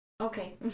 okay